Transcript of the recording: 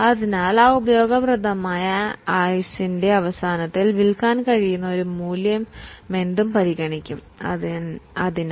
അതിനാൽ ആ ഉപയോഗപ്രദമായ ആയുസ്സിൻറെ അവസാനത്തിൽ വിൽക്കാൻ കഴിയുന്ന തുകയും പരിഗണിക്കപ്പെടും